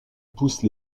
poussent